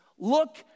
Look